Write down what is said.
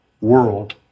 world